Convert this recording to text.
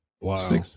Wow